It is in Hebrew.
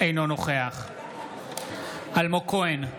אינו נוכח אלמוג כהן,